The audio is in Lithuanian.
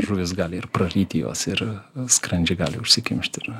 žuvis gali ir praryti juos ir skrandžiai gali užsikimšti ir